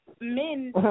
men